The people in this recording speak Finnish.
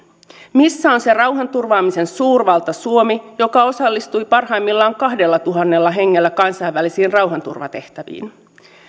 missä on se rauhanturvaamisen suurvalta suomi joka osallistui parhaimmillaan kahdellatuhannella hengellä kansainvälisiin rauhanturvatehtäviin